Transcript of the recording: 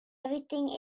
everything